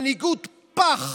מנהיגות פח,